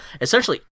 essentially